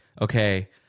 okay